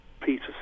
Peter